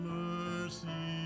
mercy